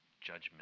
judgment